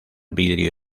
vidrio